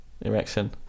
erection